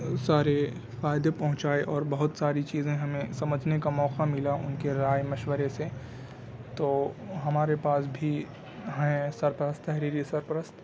سارے فائدے پہنچائے اور بہت ساری چیزیں ہمیں سمجھنے کا موقع ملا ان کے رائے مشورے سے تو ہمارے پاس بھی ہیں سرپرست تحریری سرپرست